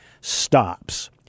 stops